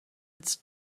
its